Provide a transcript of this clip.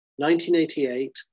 1988